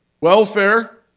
Welfare